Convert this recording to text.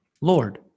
lord